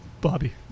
Bobby